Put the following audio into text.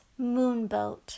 Moonboat